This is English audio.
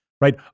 right